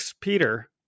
Peter